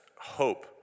hope